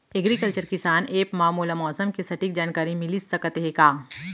Agriculture किसान app मा मोला मौसम के सटीक जानकारी मिलिस सकत हे का?